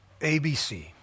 ABC